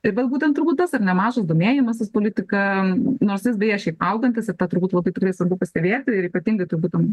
ir vėl būtent turbūt tas ar ne mažas domėjimasis politika nors jis beje šiaip augantis ir tą turbūt labai tikrai svarbu pastebėti ir ypatingai turbūt tam